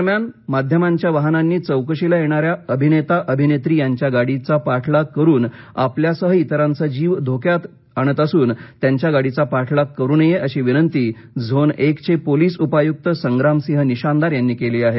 दरम्यान माध्यमांच्या वाहनांनी चौकशीला येणाऱ्या अभिनेता अभिनेत्री यांच्या गाडीचा पाठलाग करून आपल्यासह इतरांचा जीव धोक्यात धोक्यात आणत असून त्यांच्या गाडीचा पाठलाग करू नये अशी विनंती झोन एकचे पोलीस उपायुक संग्रामसिंह निशानदार यांनी केली आहे